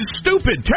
stupid